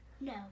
No